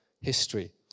history